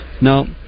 No